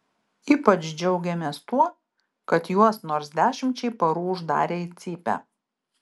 ypač džiaugėmės tuo kad juos nors dešimčiai parų uždarė į cypę